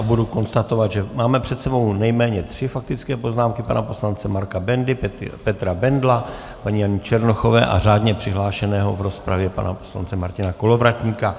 Budu konstatovat, že máme před sebou nejméně tři faktické poznámky pana poslance Marka Bendy, Petra Bendla, paní Jany Černochové a řádně přihlášeného v rozpravě pana poslance Martina Kolovratníka.